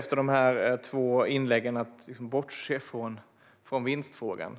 Efter de två inläggen går det inte att bortse från vinstfrågan.